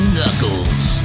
Knuckles